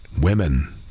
women